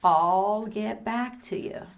all get back to you